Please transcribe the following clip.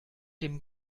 dem